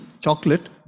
chocolate